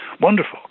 wonderful